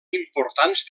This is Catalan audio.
importants